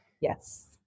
Yes